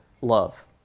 love